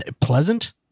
pleasant